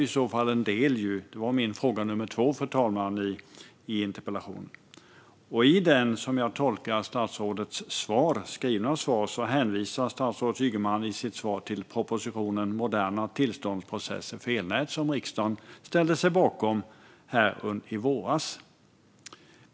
I sitt svar hänvisar statsrådet Ygeman till propositionen Moderna tillståndsprocesser för elnät , som riksdagen ställde sig bakom här i våras.